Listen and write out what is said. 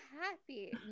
happy